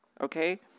Okay